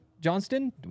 Johnston